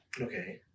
Okay